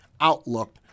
outlook